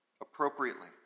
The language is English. appropriately